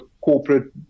corporate